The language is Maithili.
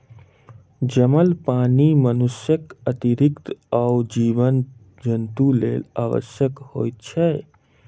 जमल पानि मनुष्यक अतिरिक्त आनो जीव जन्तुक लेल आवश्यक होइत छै